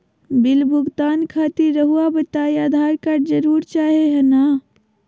Bill भुगतान खातिर रहुआ बताइं आधार कार्ड जरूर चाहे ना?